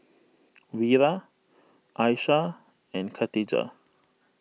Wira Aishah and Khatijah